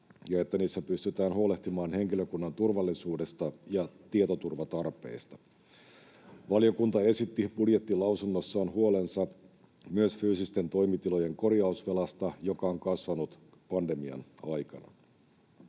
ja että niissä pystytään huolehtimaan henkilökunnan turvallisuudesta ja tietoturvatarpeista. Valiokunta esitti budjettilausunnossaan huolensa myös fyysisten toimitilojen korjausvelasta, joka on kasvanut pandemian aikana.